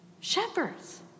shepherds